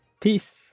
Peace